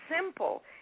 simple